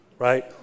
Right